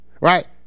right